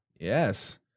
yes